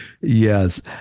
yes